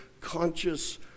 conscious